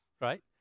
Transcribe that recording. Right